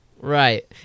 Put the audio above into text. Right